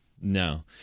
No